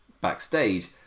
backstage